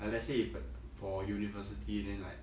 like let's say if for university then like